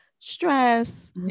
stress